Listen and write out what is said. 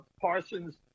Parsons –